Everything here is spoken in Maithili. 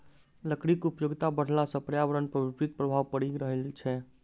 लकड़ीक उपयोगिता बढ़ला सॅ पर्यावरण पर विपरीत प्रभाव पड़ि रहल छै